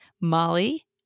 Molly